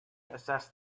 assessed